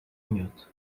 miód